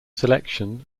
selection